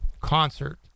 concert